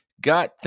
got